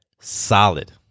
solid